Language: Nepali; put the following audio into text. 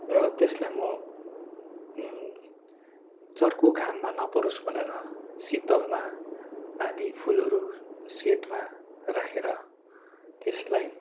र त्यसलाई म चर्को घाममा नपरोस् भनेर शितलमा आधा फुलहरू सेडमा राखेर त्यसलाई